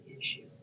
issue